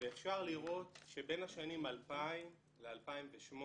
ואפשר לראות שבין השנים 2000 ל-2008,